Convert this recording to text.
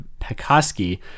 Pekoski